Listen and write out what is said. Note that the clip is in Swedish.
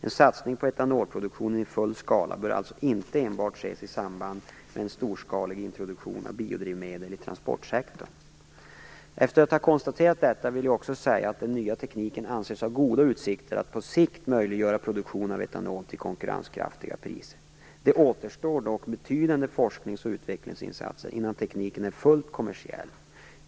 En satsning på etanolproduktion i full skala bör alltså inte enbart ses i samband med en storskalig introduktion av biodrivmedel i transportsektorn. Efter att ha konstaterat detta vill jag också säga att den nya tekniken anses ha goda utsikter att på sikt möjliggöra produktion av etanol till konkurrenskraftiga priser. Det återstår dock betydande forsknings och utvecklingsinsatser innan tekniken är fullt kommersiell.